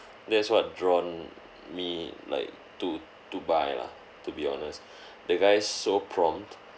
that's what drawn me like to to buy lah to be honest the guy so prompt